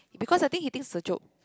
because I think he thinks it's a joke